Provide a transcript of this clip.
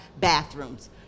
bathrooms